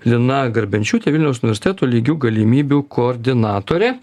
lina garbenčiūtė vilniaus universiteto lygių galimybių koordinatorė